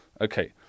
Okay